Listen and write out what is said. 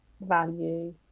value